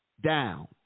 down